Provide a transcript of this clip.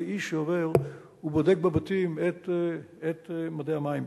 איש שעובר ובודק בבתים את מדי המים.